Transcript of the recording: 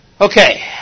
Okay